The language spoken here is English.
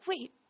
wait